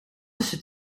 tussen